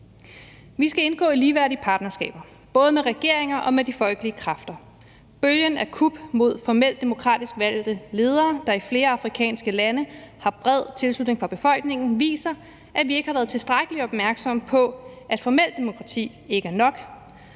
Vi skal indgå i ligeværdige partnerskaber, både med regeringer og med de folkelige kræfter. Bølgen af kup mod formelt demokratisk valgte ledere, der i flere afrikanske lande har bred tilslutning fra befolkningen, viser, at vi ikke har været tilstrækkelig opmærksomme på, at formelt demokrati ikke er nok.